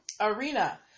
arena